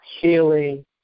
healing